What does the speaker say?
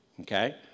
Okay